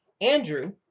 Andrew